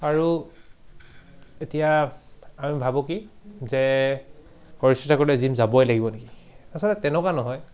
আৰু এতিয়া আমি ভাবো কি যে শৰীৰ চৰ্চা কৰিবলৈ জিম যাবই লাগিব নেকি আচলতে তেনেকুৱা নহয়